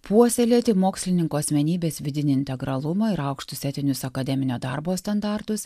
puoselėti mokslininko asmenybės vidinį integralumą ir aukštus etinius akademinio darbo standartus